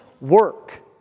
work